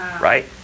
Right